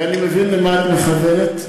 ואני מבין למה את מכוונת,